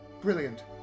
brilliant